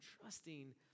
trusting